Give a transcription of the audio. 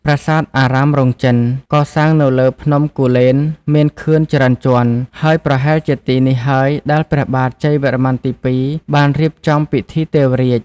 ប្រាសាទអារាមរោងចិន កសាងនៅលើភ្នំគូលែនមានខឿនច្រើនជាន់ ហើយប្រហែលជាទីនេះហើយដែលព្រះបាទជ័យវរ្ម័នទី២ បានរៀបចំពិធីទេវរាជ។